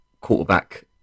quarterback